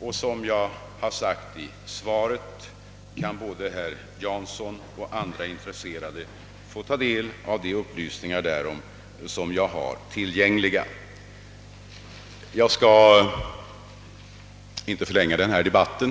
och såsom jag nämnt i mitt svar kan både herr Jansson och andra intresserade få ta del av de upplysningar som jag har tillgängliga. Jag skall inte förlänga denna debatt.